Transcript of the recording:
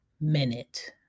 minute